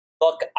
look